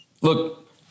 Look